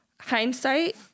hindsight